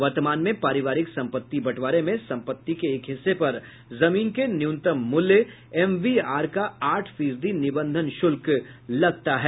वर्तमान में पारिवारिक संपत्ति बंटवारे में संपत्ति के एक हिस्से पर जमीन के न्यूनतम मूल्य एमबीआर का आठ फीसदी निबंधन शुल्क लगता है